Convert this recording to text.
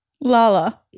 Lala